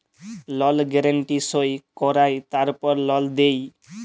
লল গ্যারান্টি সই কঁরায় তারপর লল দেই